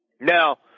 Now